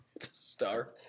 Star